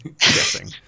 guessing